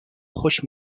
خوش